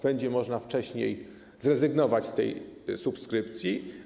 Będzie można wcześniej zrezygnować z tej subskrypcji.